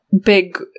big